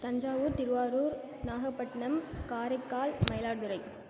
Thanjavur Tiruvarur Nagapattinam Karaikal Mayiladuthurai